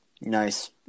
Nice